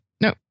No